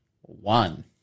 One